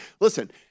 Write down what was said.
listen